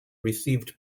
received